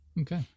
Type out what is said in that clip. Okay